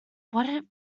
what